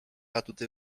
atuty